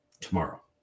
tomorrow